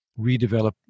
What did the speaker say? redevelop